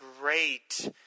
great